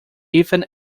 ethan